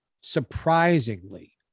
surprisingly